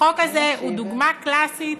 החוק הזה הוא דוגמה קלאסית